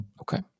Okay